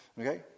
okay